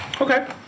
okay